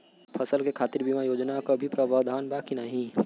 फसल के खातीर बिमा योजना क भी प्रवाधान बा की नाही?